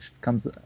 comes